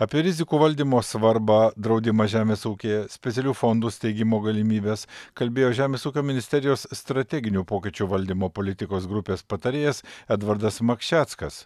apie rizikų valdymo svarbą draudimą žemės ūkyje specialių fondų steigimo galimybes kalbėjo žemės ūkio ministerijos strateginių pokyčių valdymo politikos grupės patarėjas edvardas makšeckas